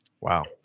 Wow